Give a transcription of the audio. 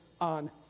on